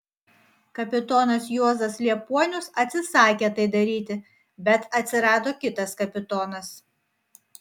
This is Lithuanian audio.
kapitonas juozas liepuonius atsisakė tai daryti bet atsirado kitas kapitonas